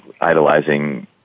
idolizing